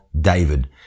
David